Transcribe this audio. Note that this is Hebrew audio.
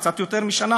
קצת יותר משנה,